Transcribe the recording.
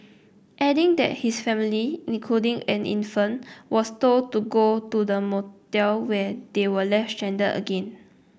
adding that his family including an infant was told to go to the motel where they were left stranded again